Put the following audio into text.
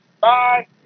Bye